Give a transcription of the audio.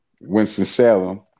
Winston-Salem